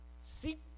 seek